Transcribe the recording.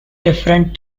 different